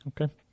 Okay